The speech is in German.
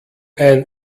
ein